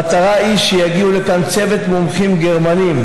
המטרה היא שיגיע לכאן צוות מומחים גרמנים